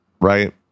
right